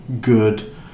good